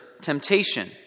temptation